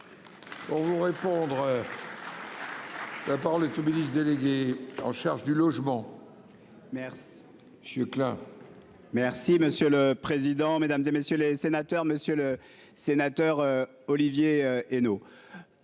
Pour vous répondre. La parole est aux délices délégué en charge du logement. Merce. Klein. Merci monsieur le président, Mesdames, et messieurs les sénateurs, Monsieur le Sénateur, Olivier Henno.